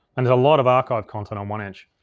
and did a lot of archive content on one inch.